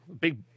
big